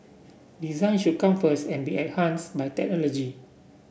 design should come first and be enhanced by technology